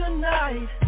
Tonight